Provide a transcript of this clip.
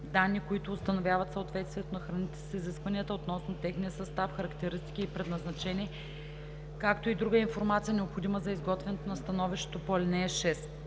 данни, които установяват съответствието на храните с изискванията, относно техния състав, характеристики и предназначение, както и друга информация, необходима за изготвяне на становището по ал. 6.